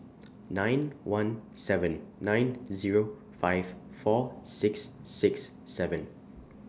nine one seven nine Zero five four six six seven